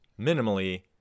minimally